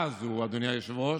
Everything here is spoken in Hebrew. תודה רבה.